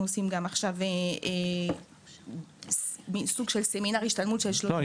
עכשיו אנחנו עושים גם סוג של סמינר השתלמות --- יש